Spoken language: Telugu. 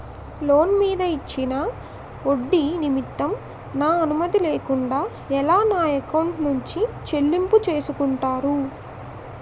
లోన్ మీద ఇచ్చిన ఒడ్డి నిమిత్తం నా అనుమతి లేకుండా ఎలా నా ఎకౌంట్ నుంచి చెల్లింపు చేసుకుంటారు?